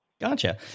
Gotcha